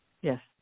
Yes